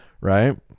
right